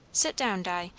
sit down, di.